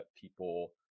people